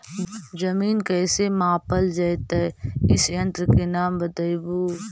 जमीन कैसे मापल जयतय इस यन्त्र के नाम बतयबु?